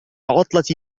عطلة